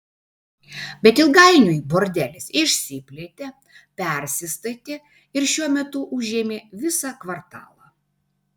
bet ilgainiui bordelis išsiplėtė persistatė ir šiuo metu užėmė visą kvartalą